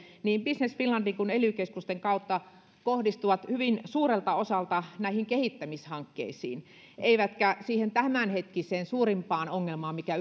niin business finlandin kuin ely keskusten kautta jaettavat yritystuet kohdistuvat hyvin suurelta osalta näihin kehittämishankkeisiin eivätkä siihen tämänhetkiseen suurimpaan ongelmaan mikä